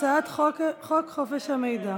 הצעת חוק חופש המידע